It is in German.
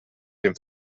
dem